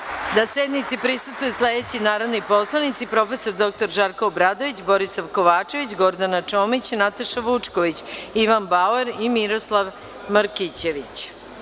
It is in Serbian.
Obaveštavam vas da su sprečeni da sednici prisustvuju sledeći narodni poslanici prof. dr Žarko Obradović, Borisav Kovačević, Gordana Čomić, Nataša Vučković, Ivan Bauer i Miroslav Markićević.